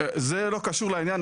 זה לא קשור לעניין.